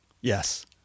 Yes